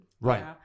right